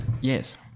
Yes